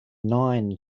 nine